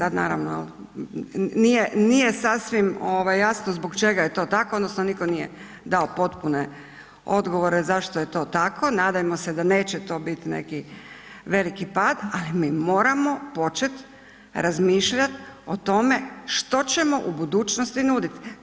E sad naravno nije sasvim jasno zbog čega je to tako, odnosno nitko nije dao potpune odgovore zašto je to tako, nadajmo se da neće to biti neki veliki pad ali mi moramo početi razmišljati o tome to ćemo u budućnosti nuditi.